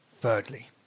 Thirdly